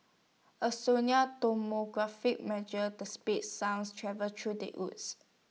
A sonic tomography measures the speed sounds travels through the Woods